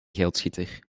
geldschieter